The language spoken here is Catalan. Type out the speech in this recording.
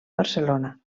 barcelona